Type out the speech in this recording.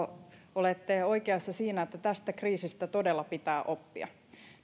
olette oikeassa siinä että tästä kriisistä todella pitää oppia